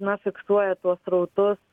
na fiksuoja tuos srautus